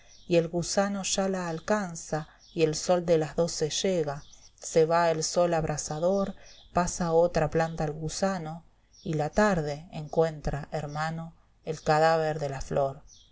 y el gusano ya la alcanza y el sol de las doce llega se va el sol abrasador pasa a otra planta el gusano y la tarde encuentra hermano el cadáver de la flor